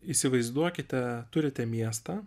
įsivaizduokite turite miestą